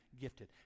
gifted